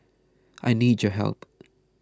I need your help